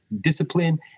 discipline